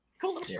cool